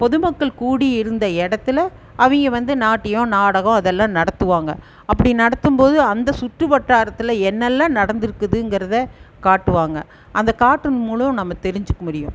பொது மக்கள் கூடி இருந்த இடத்துல அவங்க வந்து நாட்டியம் நாடகம் இதெல்லாம் நடத்துவாங்க அப்படி நடத்தும் போது அந்த சுற்று வட்டாரத்தில் என்னெல்லாம் நடந்திருக்குதுங்கறத காட்டுவாங்க அந்த காட்டுவதன் மூலம் நம்ம தெரிஞ்சுக்க முடியும்